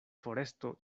foresto